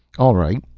all right,